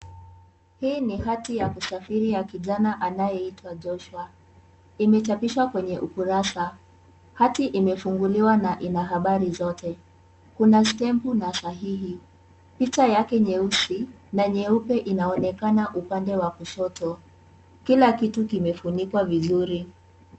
Hii ni hati ya kusafiri ya kijana anayeitwa Joshua. Imechapishwa kwenye ukurasa. Hati imefunguliwa na ina habari zote. Kuna stempu na sahihi. Picha yake nyeusi na nyeupe inaonekana upande wa kushoto. Kila kitu kimefunikwa vizuri.